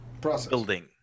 building